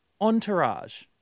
Entourage